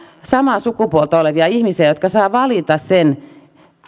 samaa sukupuolta olevia ihmisiä jotka saavat valita sen